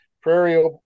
Prairie